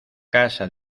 casa